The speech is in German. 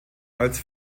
als